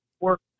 work